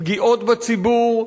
פגיעות בציבור,